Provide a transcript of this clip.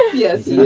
yes,